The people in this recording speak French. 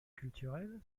culturelle